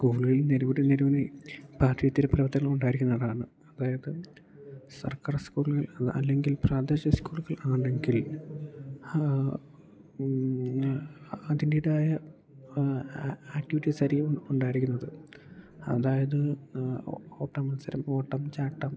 സ്കൂളുകളിൽ നിരവധി നിരവധി പാഠ്യേതര പ്രവർത്തനങ്ങൾ ഉണ്ടായിരിക്കുന്നതാണ് അതായത് സർക്കാർ സ്കൂളുകൾ അല്ലെങ്കിൽ പ്രാദേശിക സ്കൂളുകൾ ആണെങ്കിൽ അതിൻ്റെതായ ആക്ടിവിറ്റിസായിരിക്കും ഉണ്ടായിരിക്കുന്നത് അതായത് ഓട്ടമത്സരം ഓട്ടം ചാട്ടം